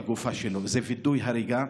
זה וידוא הריגה.